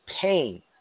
pain